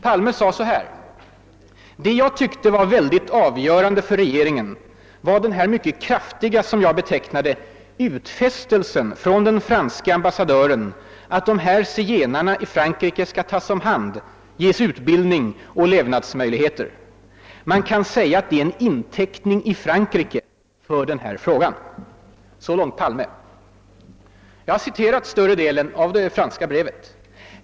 Palme sade så här: »Det jag tyckte var väldigt avgörande för regeringen var den här mycket kraftiga — som jag betecknar det — utfästelsen från den franske ambassadören att de här zigenarna i Frankrike skall tas om hand, ges utbildning och levnadsmöjligheter. Man kan säga att det är en inteckning i Frankrike för den här frågan ———.» Jag har citerat större delen av det franska brevet.